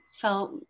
Felt